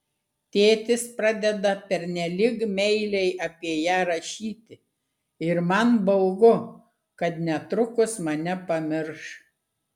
tėtis pradeda pernelyg meiliai apie ją rašyti ir man baugu kad netrukus mane pamirš